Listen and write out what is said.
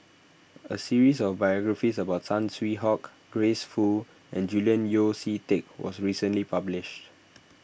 a series of biographies about Saw Swee Hock Grace Fu and Julian Yeo See Teck was recently published